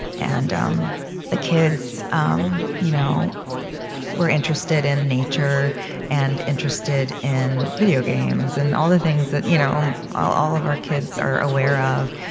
and um the kids um you know were interested in nature and interested in video games and all the things you know all all of our kids are aware of.